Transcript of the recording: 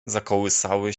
zakołysały